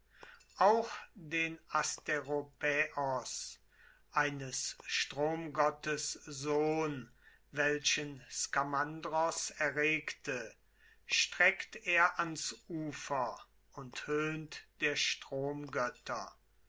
auch den asteropäos eines stromgottes sohn welchen skamandros erregte streckt er ans ufer und höhnt der